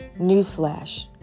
Newsflash